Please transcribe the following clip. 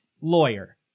lawyer